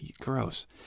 Gross